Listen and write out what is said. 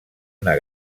una